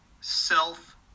self